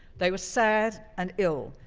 they were sad and ill,